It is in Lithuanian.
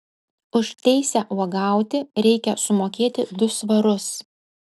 už teisę uogauti reikia sumokėti du svarus